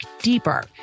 deeper